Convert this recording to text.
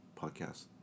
podcast